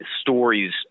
stories